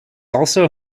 also